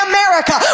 America